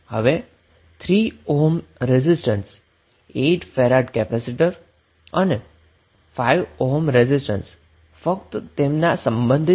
હવે 3 ohm resistance 8 Faraday capacitor અને 5 ohm resistance ફક્ત તેમના સંબંધિત મેશમાં છે